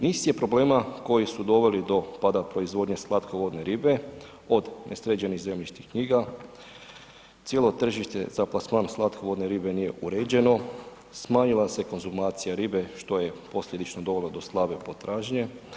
Niz je problema koji su doveli do pada proizvodnje slatkovodne ribe od nesređenih zemljišnih knjiga, cijelo tržište za plasman slatkovodne ribe nije uređeno, smanjila se konzumacija ribe što je posljedično dovelo do slabe potražnje.